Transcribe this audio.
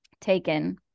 taken